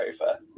over